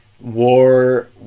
war